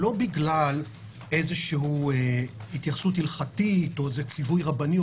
בגלל התייחסות הלכתית או ציווי רבני,